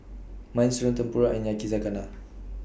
Minestrone Tempura and Yakizakana